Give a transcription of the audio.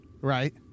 right